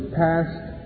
passed